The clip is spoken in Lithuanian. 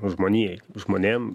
žmonijai žmonėm